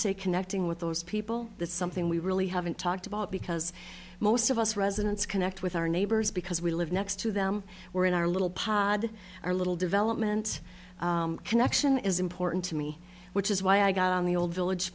say connecting with those people that's something we really haven't talked about because most of us residents connect with our neighbors because we live next to them we're in our little pod our little development connection is important to me which is why i got on the old village